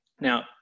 Now